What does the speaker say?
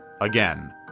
again